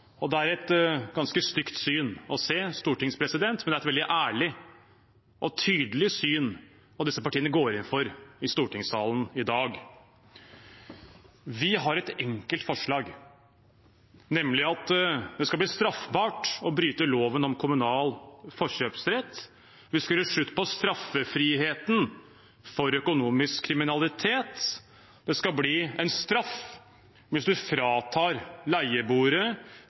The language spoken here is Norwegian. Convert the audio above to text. Det er et ganske stygt syn, men det er et veldig ærlig og tydelig syn det disse partiene går inn for i stortingssalen i dag. Vi har et enkelt forslag, nemlig at det skal bli straffbart å bryte loven om kommunal forkjøpsrett. Vi skal gjøre slutt på straffriheten for økonomisk kriminalitet. Det skal bli en straff hvis man fratar